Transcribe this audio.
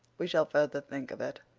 we shall further think of it.